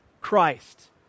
Christ